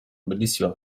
bellissima